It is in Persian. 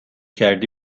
کردی